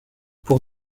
pour